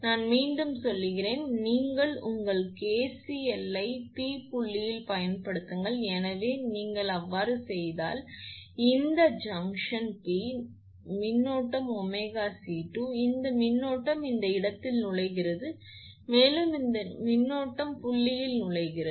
நான் மீண்டும் சொல்கிறேன் நீங்கள் உங்கள் KCL ஐ P புள்ளியில் பயன்படுத்துங்கள் எனவே நீங்கள் செய்தால் இந்த ஜங்ஷன் P நீங்கள் செய்தால் இந்த மின்னோட்டம் 𝜔𝐶𝑉2 இந்த மின்னோட்டம் இந்த இடத்தில் நுழைகிறது மேலும் இந்த மின்னோட்டமும் புள்ளியில் நுழைகிறது